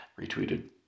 Retweeted